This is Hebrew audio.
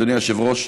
אדוני היושב-ראש,